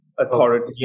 Authority